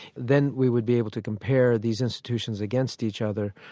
then we would be able to compare these institutions against each other,